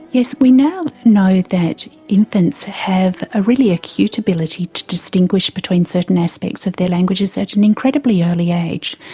yes we now know that infants have a really acute ability to distinguish between certain aspects of their languages at an incredibly early age.